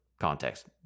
context